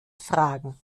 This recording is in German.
fragen